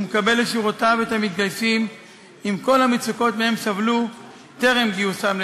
הוא מקבל לשורותיו את המתגייסים עם כל המצוקות שמהן סבלו טרם גיוסם.